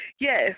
yes